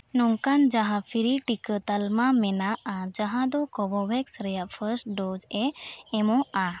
ᱱᱚᱝᱠᱟᱱ ᱡᱟᱦᱟᱱ ᱯᱷᱨᱤ ᱴᱤᱠᱟᱹ ᱛᱟᱞᱢᱟ ᱢᱮᱱᱟᱜᱼᱟ ᱡᱟᱦᱟᱸ ᱫᱚ ᱠᱳᱵᱚᱵᱷᱮᱠᱥ ᱨᱮᱭᱟᱜ ᱯᱷᱟᱥᱴ ᱰᱳᱡᱽ ᱮ ᱮᱢᱚᱜᱼᱟ